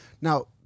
Now